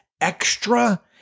extra